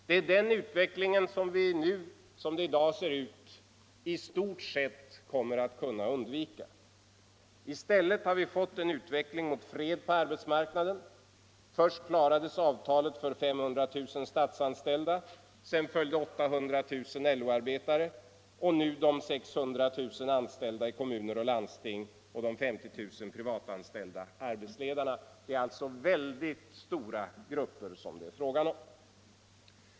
Det är den utvecklingen vi nu —- som det i dag ser ut — i stort sett kommer att kunna undvika. I stället har vi fått en utveckling mot fred på arbetsmarknaden. Först klarades avtalet för 500 000 statsanställda, sedan följde 800 000 LO-arbetare och nu de 600 000 anställda i kommuner och landsting samt de 50 000 privatanställda arbetsledarna. Det är alltså väldigt stora grupper som det är fråga om.